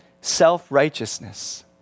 self-righteousness